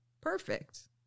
Perfect